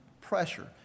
pressure